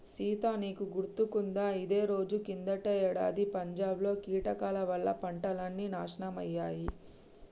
సీత నీకు గుర్తుకుందా ఇదే రోజు కిందటేడాది పంజాబ్ లో కీటకాల వల్ల పంటలన్నీ నాశనమయ్యాయి